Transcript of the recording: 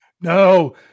No